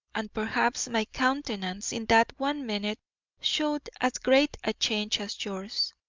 and perhaps my countenance in that one minute showed as great a change as yours.